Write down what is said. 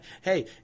hey